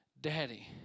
daddy